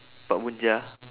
pak bun ja